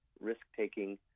risk-taking